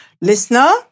Listener